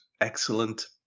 excellent